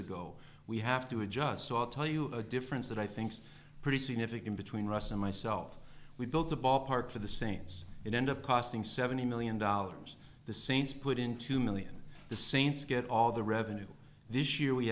ago we have to adjust so i'll tell you a difference that i think's pretty significant between russ and myself we built a ballpark for the saints and end up costing seventy million dollars the saints put in two million the saints get all the revenue this